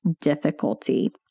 difficulty